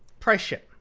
price ship.